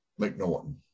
McNaughton